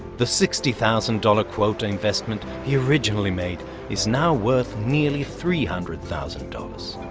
the sixty thousand dollars quota investment he originally made is now worth nearly three hundred thousand dollars.